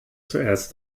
zuerst